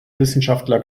wissenschaftler